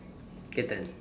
kitten